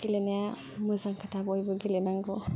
गेलेनाया मोजां खोथा बयबो गेलेनांगौ